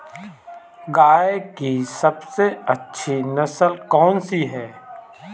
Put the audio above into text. गाय की सबसे अच्छी नस्ल कौनसी है?